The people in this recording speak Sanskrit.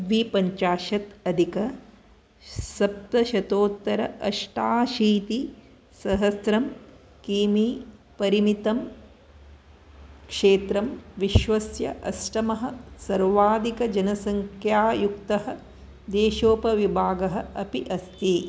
द्विपञ्चाशत्यधिक सप्तशतोत्तर अष्टाशीतिसहस्रं कि मी परिमितं क्षेत्रं विश्वस्य अष्टमः सर्वाधिकजनसङ्ख्यायुक्तः देशोपविभागः अपि अस्ति